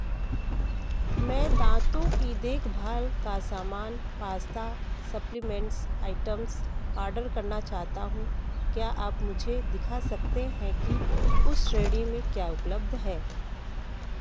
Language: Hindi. मैं दाँतों की देख भाल का सामान पास्ता सप्लीमेंट्स आइटम्स ऑर्डर करना चाहता हूँ क्या आप मुझे दिखा सकते हैं कि उस श्रेणी में क्या उपलब्ध है